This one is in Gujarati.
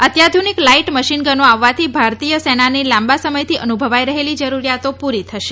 અત્યાધુનિક લાઇટ મશીન ગનો આવવાથી ભારતીય સેનાની લાંબા સમયથી અનુભવાઇ રહેલી જરૂરિયાતો પુરી થશે